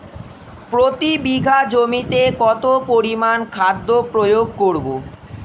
প্রতি বিঘা জমিতে কত পরিমান খাদ্য প্রয়োগ করব?